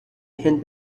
هند